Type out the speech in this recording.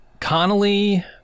Connolly